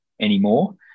anymore